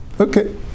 Okay